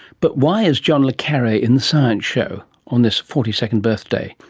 but why is john le carre in the science show on this forty second birthday?